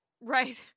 Right